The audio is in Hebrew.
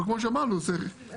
אבל כמו שאמרנו, זה בערך